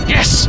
Yes